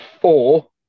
four